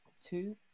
two